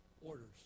orders